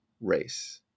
race